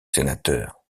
sénateur